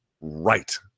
Right